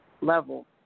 level